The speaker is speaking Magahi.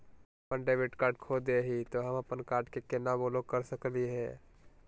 हम अपन डेबिट कार्ड खो दे ही, त हम अप्पन कार्ड के केना ब्लॉक कर सकली हे?